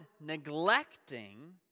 neglecting